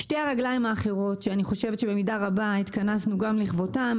שתי הרגליים האחרות שאני חושבת שבמידה רבה התכנסנו גם לכבודן.